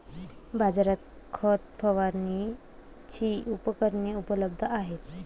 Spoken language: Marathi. बाजारात खत फवारणीची उपकरणे उपलब्ध आहेत